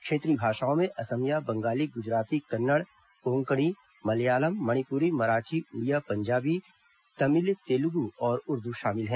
क्षेत्रीय भाषाओं में असमिया बंगाली गुजराती कन्नड़ कोंकणी मलयालम मणिपुरी मराठी उड़िया पंजाबी तमिल तेलुगु और उर्दू शामिल हैं